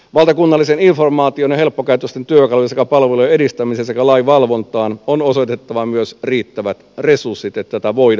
valtakunnallisen informaation ja helppokäyttöisten työkalujen sekä palvelujen edistämiseen sekä lain valvontaan on osoitettava myös riittävät resurssit että tätä voidaan hoitaa